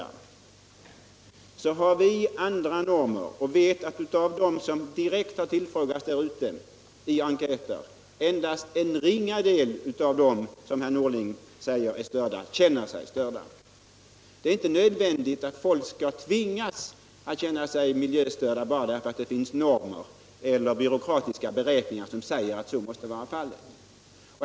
De som bor kring Bromma och som herr Norling påstår är störda har direkt tillfrågats i enkäter. Därvid har det visat sig att endast en ringa del av dem känt sig störda. Det är inte nödvändigt att människor skall Bibehållande av Bromma flygplats Bibehållande av Bromma flygplats känna sig miljöstörda bara därför att det finns normer eller byråkratiska beräkningar som säger att så måste vara fallet.